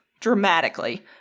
dramatically